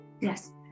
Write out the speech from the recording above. Yes